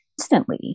instantly